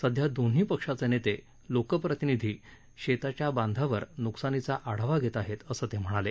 सध्या दोन्ही पक्षाचे नेते लोकप्रतिनिधी शेताच्या बांधावर नुकसानीचा आढावा घेत आहेत असं ते म्हणाले